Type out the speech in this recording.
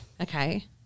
Okay